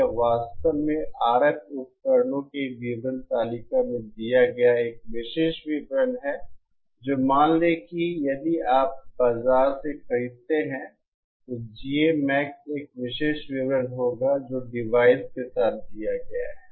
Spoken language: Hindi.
यह वास्तव में RF उपकरणों के विवरण तालिका में दिया गया एक विशेष विवरण है जो मान लें कि यदि आप बाजार से खरीदते हैं तो GAMax एक विशेष विवरण होगा जो डिवाइस के साथ दिया गया है